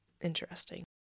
interesting